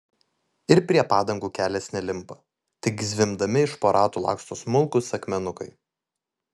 ir prie padangų kelias nelimpa tik zvimbdami iš po ratų laksto smulkūs akmenukai